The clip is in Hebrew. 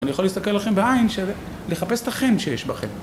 אני יכול להסתכל לכם בעין של לחפש את החן שיש בכם.